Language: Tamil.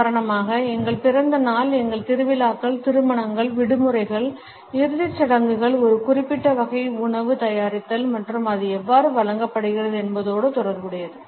உதாரணமாக எங்கள் பிறந்த நாள் எங்கள் திருவிழாக்கள் திருமணங்கள் விடுமுறைகள் இறுதிச் சடங்குகள் ஒரு குறிப்பிட்ட வகை உணவு தயாரித்தல் மற்றும் அது எவ்வாறு வழங்கப்படுகிறது என்பதோடு தொடர்புடையது